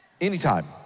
Anytime